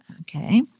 Okay